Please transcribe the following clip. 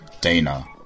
Dana